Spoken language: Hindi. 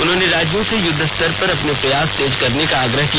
उन्होंने राज्यों से युद्धस्तर पर अपने प्रयास तेज करने का आग्रह किया